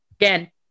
Again